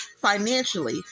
financially